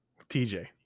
TJ